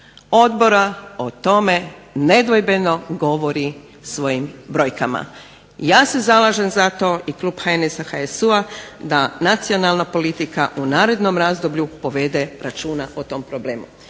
odbora o tome nedvojbeno govori svojim brojkama. Ja se zalažem za to i klub HNS-a, HSU-a da nacionalna politika u narednom razdoblju povede računa o tom problemu.